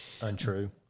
Untrue